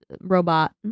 robot